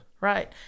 Right